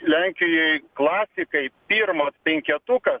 lenkijoj klasikai pirmas penketukas